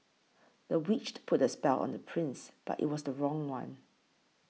the witch put a spell on the prince but it was the wrong one